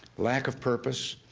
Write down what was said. lack of purpose,